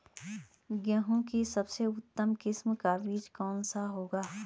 गेहूँ की सबसे उत्तम किस्म का बीज कौन सा होगा?